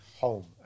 home